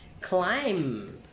Climb